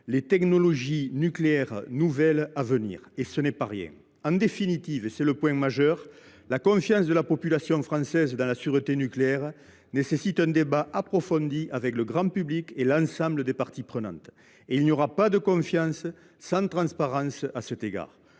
les technologies nucléaires à venir – ce n’est pas rien. En définitive, et c’est le point majeur, la confiance de la population française dans la sûreté nucléaire nécessite un débat approfondi avec le grand public et l’ensemble des parties prenantes. À cet égard, il n’y aura pas de confiance sans transparence. Pour